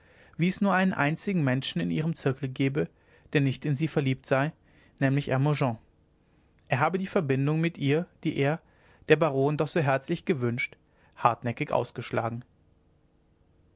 wie es nur einen einzigen menschen in ihrem zirkel gebe der nicht in sie verliebt sei nämlich hermogen er habe die verbindung mit ihr die er der baron doch so herzlich gewünscht hartnäckig ausgeschlagen